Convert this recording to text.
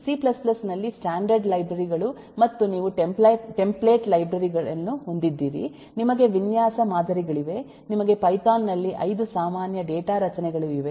C C ನಲ್ಲಿ standard library ಗಳು ಮತ್ತು ನೀವು ಟೆಂಪ್ಲೇಟ್ ಲೈಬ್ರರಿ ಯನ್ನು ಹೊಂದಿದ್ದೀರಿ ನಿಮಗೆ ವಿನ್ಯಾಸ ಮಾದರಿಗಳಿವೆ ನಿಮಗೆ ಪೈಥಾನ್ ನಲ್ಲಿ 5 ಸಾಮಾನ್ಯ ಡೇಟಾ ರಚನೆಗಳು ಇವೆ